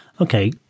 Okay